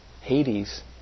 Hades